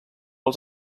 els